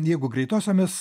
jeigu greitosiomis